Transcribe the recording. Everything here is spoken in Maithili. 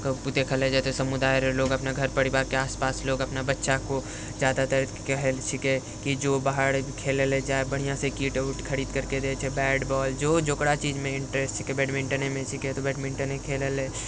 देखल जाइ तऽ समुदाय लोक अपना घर परिवारके आसपास लोक अपना बच्चाके ज्यादातर कहै छिकै कि जो बाहर खेलैलए बढ़िआँसँ किट उट खरीदके दै छै बैट बॉल जे जकरा चीजमे इन्टरेस्ट छिकै बैडमिन्टनमे छिकै तऽ बैडमिन्टन खेलैलए